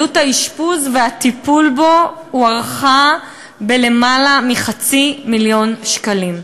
עלות האשפוז והטיפול בו הוערכו ביותר מחצי מיליון שקלים.